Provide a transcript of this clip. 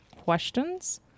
questions